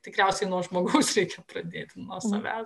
tikriausiai nuo žmogaus reikia pradėti nuo savęs